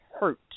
hurt